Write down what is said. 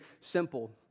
simple